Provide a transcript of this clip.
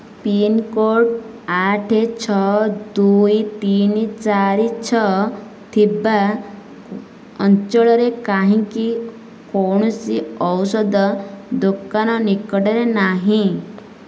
pincode ଆଠ ଛଅ ଦୁଇ ତିନି ଚାରି ଛଅ ଥିବା ଅଞ୍ଚଳରେ କାହିଁକି କୌଣସି ଔଷଧ ଦୋକାନ ନିକଟରେ ନାହିଁ